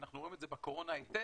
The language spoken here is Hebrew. ואנחנו רואים את זה בקורונה היטב,